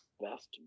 Best